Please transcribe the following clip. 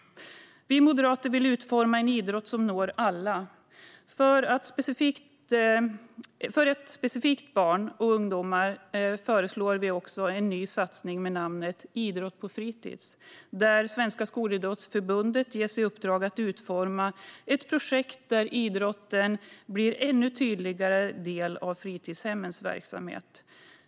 Vi moderater vill utforma en idrott som når alla. Specifikt för barn och ungdomar föreslår vi också en ny satsning med namnet Idrott på fritids, där Svenska Skolidrottsförbundet ges i uppdrag att utforma ett projekt där idrotten blir en ännu tydligare del av fritidshemmens verksamhet.